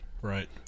Right